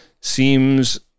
seems